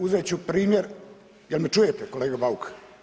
Uzet ću primjer, jel' me čujete kolega Bauk?